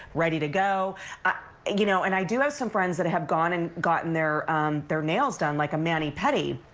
ready to go you know and i do have some friends that have gone and gotten their their nails done like a mani pedi,